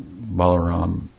Balaram